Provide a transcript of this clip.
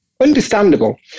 Understandable